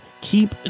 keep